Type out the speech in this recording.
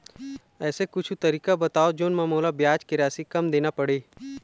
ऐसे कुछू तरीका बताव जोन म मोला ब्याज के राशि कम देना पड़े?